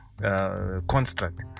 construct